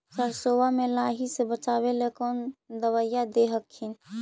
सरसोबा मे लाहि से बाचबे ले कौन दबइया दे हखिन?